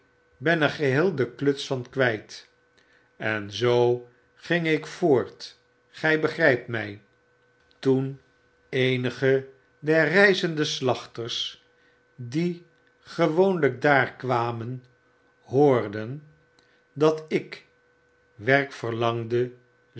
ben er geheel de kluts van kwyt i en zoo ging ik voort gy begrypt my w toen eenige der reizende slachters die gewoonlyk daar kwamen hoorden dat ik werk verlangde